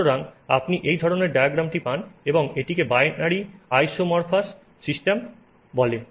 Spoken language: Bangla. সুতরাং আপনি এই ধরনের ডায়াগ্রামটি পান এবং এটিকে বাইনারি আইসোমর্ফোস সিস্টেম বলে